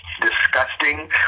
disgusting